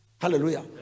hallelujah